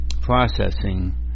processing